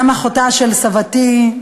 אחותה של סבתי,